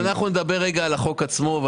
אנחנו נדבר על החוק עצמו.